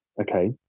okay